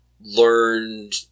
learned